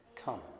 Come